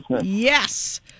yes